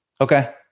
Okay